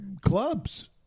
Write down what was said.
clubs